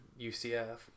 UCF